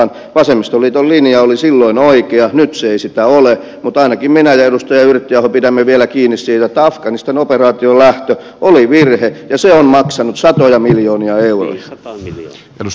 vasemmistoliiton linja oli silloin oikea nyt se ei sitä ole mutta ainakin minä ja edustaja yrttiaho pidämme vielä kiinni siitä että afganistan operaatioon lähtö oli virhe ja se on maksanut satoja miljoonia euroja